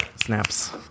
Snaps